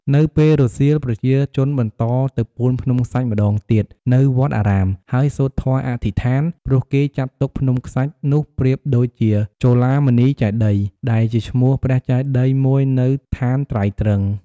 នៅពេលរសៀល ប្រជាជនបន្តទៅ ពូនភ្នំខ្សាច់ម្តងទៀតនៅវត្តអារាម ហើយសូត្រធម៌អធិដ្ឋាន ព្រោះគេចាត់ទុកភ្នំខ្សាច់នោះប្រៀបដូចជាចូឡាមនីចេតិយ ដែលជាឈ្មោះព្រះចេតិយ មួយនៅឋានត្រៃត្រិង្ស។